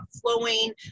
flowing